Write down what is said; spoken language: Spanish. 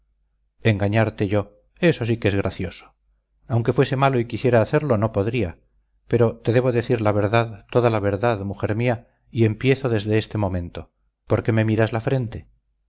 engañarte yo eso sí que es gracioso aunque fuese malo y quisiera hacerlo no podría pero te debo decir la verdad toda la verdad mujer mía y empiezo desde este momento por qué me miras la frente